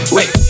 Wait